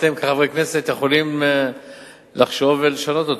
אתם כחברי כנסת יכולים לחשוב ולשנות אותו.